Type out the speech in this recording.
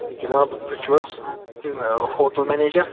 جناب تُہۍ چھُو حظ ہوٹَل منیجَر